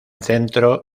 centro